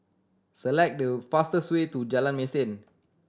select the fastest way to Jalan Mesin